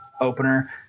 opener